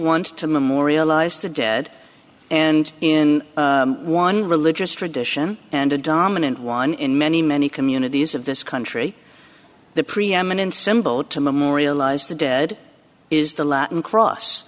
ant to memorialize the dead and in one religious tradition and a dominant one in many many communities of this country the preeminent symbol to memorialize the dead is the latin cross